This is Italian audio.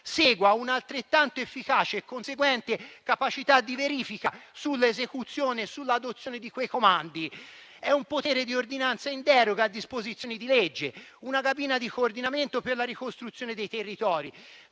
segua una altrettanto efficace e conseguente capacità di verifica sull'esecuzione e sull'adozione di quei comandi. Si tratta di un potere di ordinanza in deroga a disposizioni di legge, una cabina di coordinamento per la ricostruzione dei territori.